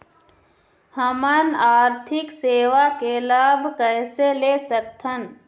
हमन आरथिक सेवा के लाभ कैसे ले सकथन?